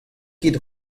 ket